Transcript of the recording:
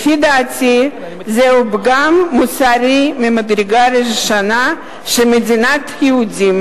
לפי דעתי זהו פגם מוסרי ממדרגה ראשונה שמדינת היהודים,